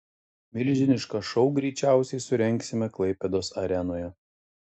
milžinišką šou greičiausiai surengsime klaipėdos arenoje